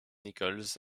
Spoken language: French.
nichols